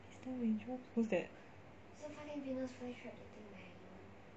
mister raindrops who's that